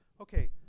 Okay